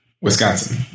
Wisconsin